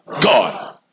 God